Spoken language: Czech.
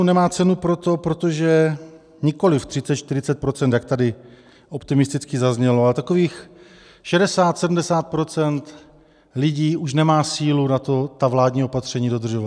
Nemá cenu proto, protože nikoli 30, 40 %, jak tady optimisticky zaznělo, ale takových 60, 70 % lidí už nemá sílu na to, ta vládní opatření dodržovat.